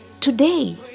Today